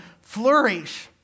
flourish